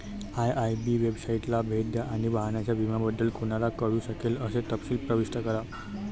IIB वेबसाइटला भेट द्या आणि वाहनाच्या विम्याबद्दल कोणाला कळू शकेल असे तपशील प्रविष्ट करा